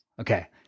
Okay